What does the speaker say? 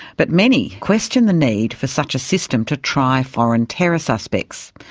but many question the need for such a system to try foreign terror suspects.